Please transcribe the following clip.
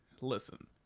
listen